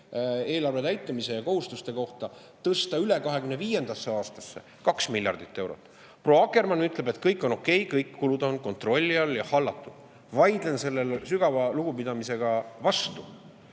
eelarve täitmise ja kohustuste kohta tõsta 2025. aastasse üle 2 miljardit eurot. Proua Akkermann ütleb, et kõik on okei, kõik kulud on kontrolli all ja hallatud. Vaidlen sellele sügava lugupidamisega vastu.